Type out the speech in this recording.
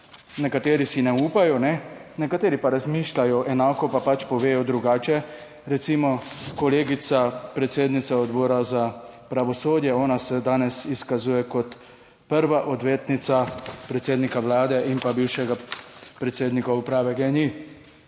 nekateri si ne upajo, ne, nekateri pa razmišljajo enako, pa pač povedo drugače. Recimo kolegica predsednica Odbora za pravosodje, ona se danes izkazuje kot prva odvetnica predsednika Vlade in pa bivšega predsednika uprave GEN-I.